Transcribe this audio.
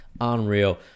Unreal